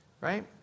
Right